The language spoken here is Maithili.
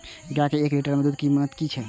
गाय के एक लीटर दूध के कीमत की हय?